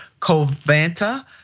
Covanta